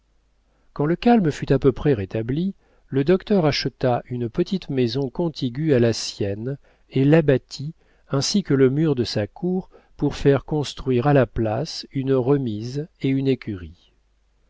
quand le calme fut à peu près rétabli le docteur acheta une petite maison contiguë à la sienne et l'abattit ainsi que le mur de sa cour pour faire construire à la place une remise et une écurie